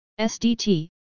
SDT